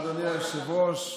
אדוני היושב-ראש,